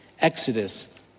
Exodus